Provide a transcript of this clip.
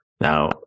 Now